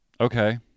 okay